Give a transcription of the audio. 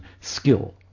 skill